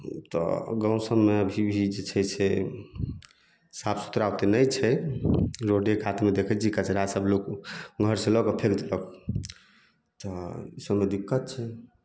तऽ गाँव सबमे अभी भी जे छै से साफ सुथरा ओते नहि छै रोडे कातमे देखै छियै कचड़ा सब लोक घर से लऽ कऽ फेक देलक तऽ ई सबमे दिक्कत छै